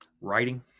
writing